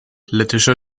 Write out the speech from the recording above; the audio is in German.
lettischer